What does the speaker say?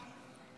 --- לא פה.